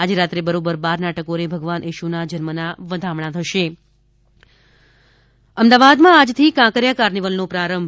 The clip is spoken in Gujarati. આજે રાત્રે બરોબર બારના ટકોરે ભગવાન ઇશુના જન્મના વધામણા થશે કાંકરિયા કાર્નિવલ અમદાવાદમાં આજથી કાંકરિયા કાર્નિવલનો પ્રારંભ